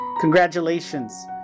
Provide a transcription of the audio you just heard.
Congratulations